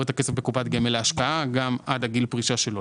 בקופת גמל להשקעה עד גיל הפרישה שלו, עצמו.